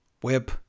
whip